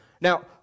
Now